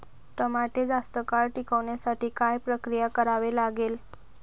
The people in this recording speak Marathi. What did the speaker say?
टमाटे जास्त काळ टिकवण्यासाठी काय प्रक्रिया करावी लागेल?